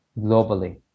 globally